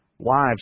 Wives